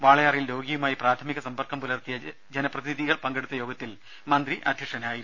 വാളയാറിൽ രോഗിയുമായി പ്രാഥമിക സമ്പർക്കം പുലർത്തിയ ജനപ്രതിനിധി പങ്കെടുത്ത യോഗത്തിൽ മന്ത്രി അധ്യക്ഷനായിരുന്നു